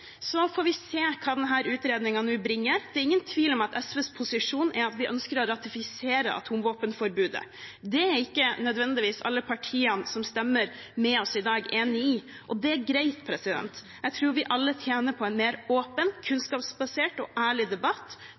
så får vi se hva denne utredningen nå bringer. Det er ingen tvil om at SVs posisjon er at vi ønsker å ratifisere atomvåpenforbudet. Det er ikke nødvendigvis alle partiene som stemmer med oss i dag, enig i, og det er greit. Jeg tror vi alle tjener på en mer åpen, kunnskapsbasert og ærlig debatt.